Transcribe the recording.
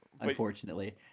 unfortunately